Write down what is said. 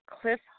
Cliff